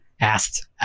asked